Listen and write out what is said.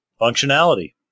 functionality